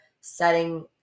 setting